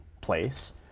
place